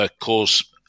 cause